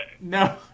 No